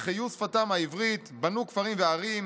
החיו שפתם העברית, בנו כפרים וערים,